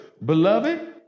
Beloved